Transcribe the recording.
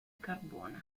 carbone